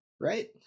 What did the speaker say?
Right